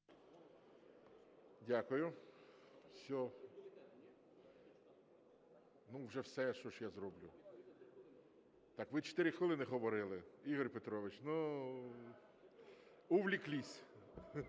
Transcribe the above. Дякую. Ну, вже все, що ж я зроблю. Так ви 4 хвилини говорили, Ігор Петрович, ну, увлеклись.